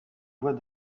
voix